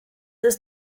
ist